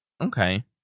Okay